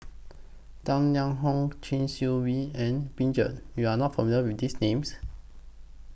Tang Liang Hong Chee Swee V and YOU Are not familiar with These Names